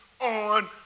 on